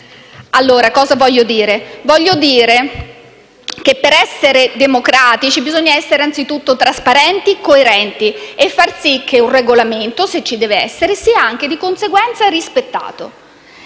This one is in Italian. precisi allo 0,01. Voglio dire che per essere democratici bisogna essere anzi tutto trasparenti e coerenti e far sì che un regolamento, se ci deve essere, sia anche, di conseguenza, rispettato.